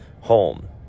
home